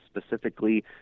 specifically